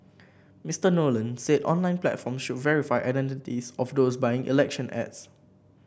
Mister Nolan said online platforms should verify the identities of those buying election ads